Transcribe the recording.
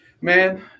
Man